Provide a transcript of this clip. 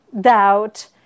doubt